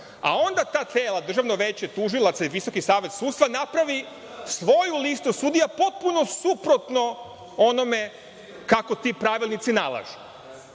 a onda ta tela Državno veće tužilaca i Visoki savet sudstva napravi svoju listu sudija potpuno suprotno onome kako ti pravilnici nalažu.